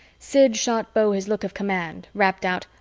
sid shot beau his look of command, rapped out,